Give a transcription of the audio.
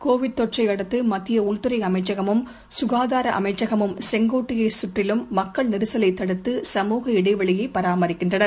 Covid தொற்றையடுத்துமத்தியஉள்துறைஅமைச்சகமும் சுகாதாரஅமைச்சகமும் செங்கோட்டையைச் சுற்றிலும் மக்கள் நெரிசலைத் தடுத்துசமுக இடைவெளியைபராமரிக்கின்றனர்